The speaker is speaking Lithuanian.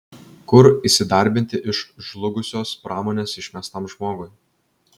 kur įsidarbinti iš žlugusios pramonės išmestam žmogui